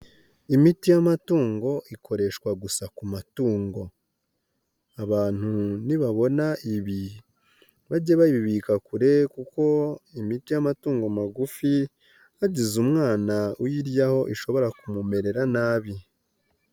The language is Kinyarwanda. Imiti y'amatungo ikoreshwa gusa ku matungo. Abantu nibabona ibi, bajye babibika kure kuko imiti y'amatungo magufi, hagize umwana uyiryaho, ishobora kumumerera nabi.